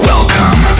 Welcome